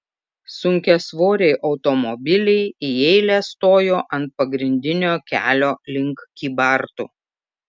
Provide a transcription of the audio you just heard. sunkiasvoriai automobiliai į eilę stojo ant pagrindinio kelio link kybartų